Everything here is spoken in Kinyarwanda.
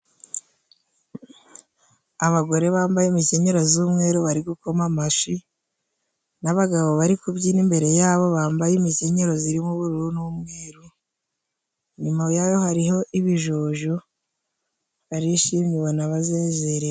Abagore bambaye imikenyero z'umweru bari gukoma amashi, n'abagabo bari kubyina imbere yabo bambaye imikenyero zirimo ubururu n'umweru ,inyuma yayo hariho ibijojo barishimye ubona bazezerera.